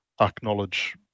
acknowledge